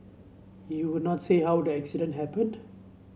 he would not say how the accident happened